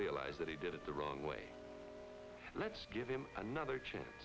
realize that he did it the wrong way let's give him another chance